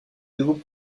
nouveau